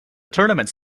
tournaments